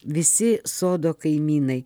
visi sodo kaimynai